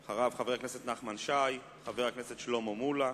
אחריו, חבר הכנסת נחמן שי, חבר הכנסת שלמה מולה,